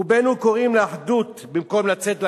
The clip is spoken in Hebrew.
"רובנו קוראים לאחדות במקום לצאת לקרב.